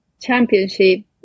championship